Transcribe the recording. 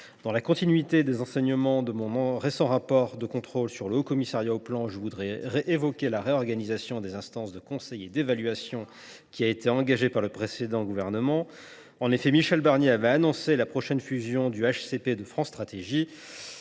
ETP. Fort des enseignements de mon récent rapport de contrôle sur le Haut Commissariat au Plan (HCP), je voudrais évoquer la réorganisation des instances de conseil et d’évaluation qui a été engagée par le précédent gouvernement. Ah ! En effet, Michel Barnier avait annoncé la prochaine fusion du HCP et de France Stratégie.